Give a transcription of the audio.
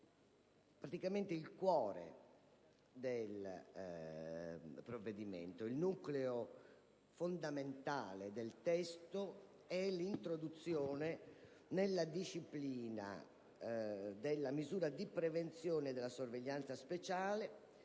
pratica, il cuore del provvedimento, il nucleo fondamentale del testo è l'introduzione, nella disciplina della misura di prevenzione della sorveglianza speciale,